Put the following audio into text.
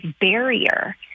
barrier